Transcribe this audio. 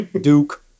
Duke